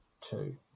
two